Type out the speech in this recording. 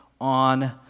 on